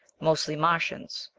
mostly martians.